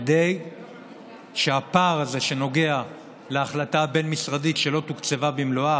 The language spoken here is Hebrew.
כדי שהפער הזה שנוגע להחלטה הבין-משרדית שלא תוקצבה במלואה,